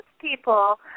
people